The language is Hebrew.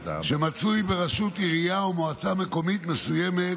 אשר מצוי ברשות עירייה או מועצה מקומית מסוימת,